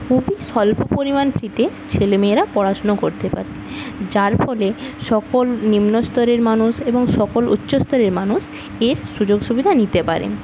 খুবই স্বল্প পরিমাণ ফিতে ছেলেমেয়েরা পড়াশুনো করতে পারে যার ফলে সকল নিম্নস্তরের মানুষ এবং সকল উচ্চস্তরের মানুষ এর সুযোগসুবিধা নিতে পারে